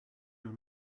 your